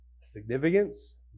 significance